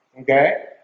Okay